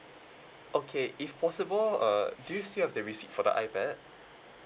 okay if possible uh do you still have the receipt for the ipad